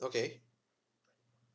okay